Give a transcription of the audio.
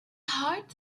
hard